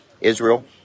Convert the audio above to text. Israel